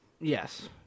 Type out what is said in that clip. Yes